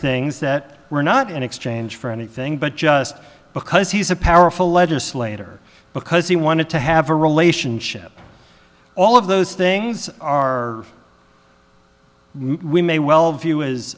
things that were not in exchange for anything but just because he's a powerful legislator because he wanted to have a relationship all of those things are we may well view is